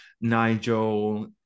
nigel